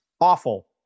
Awful